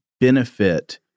benefit